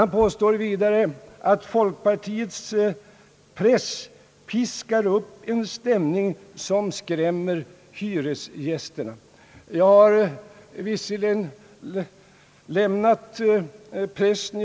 Folkpartiets press piskar upp en stämning som skrämmer hyresgästerna, säger herr Göran Karlsson.